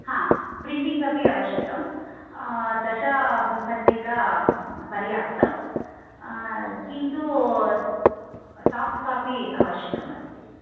printing अपि आवश्यकम् दशपत्रिका पर्याप्तं किन्तु साफ्ट् कापि आवश्यकम् अस्ति